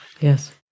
Yes